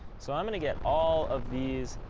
so i'm going to get all of these,